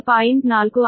4 ಆಗಿದೆ